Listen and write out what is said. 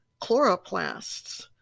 chloroplasts